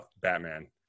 Batman